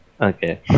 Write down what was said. Okay